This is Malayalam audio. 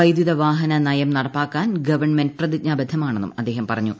വൈദ്യുതവാഹനനയം നടപ്പാക്കാൻ ഗവൺമെന്റ് പ്രതിജ്ഞാബദ്ധമാണെന്നും അദ്ദേഹം പറഞ്ഞു